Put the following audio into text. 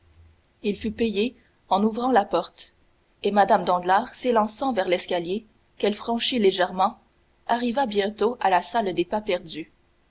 il fut payé en ouvrant la portière et mme danglars s'élançant vers l'escalier qu'elle franchit légèrement arriva bientôt à la salle des pas-perdus